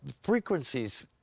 frequencies